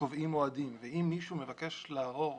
קובעים מועדים, ואם מישהו מבקש לערור,